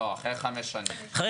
לא, אחרי חמש שנים.